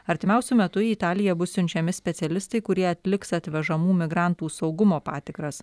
artimiausiu metu į italiją bus siunčiami specialistai kurie atliks atvežamų migrantų saugumo patikras